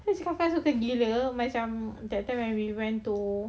so kakak cakap suka gila that time when we went to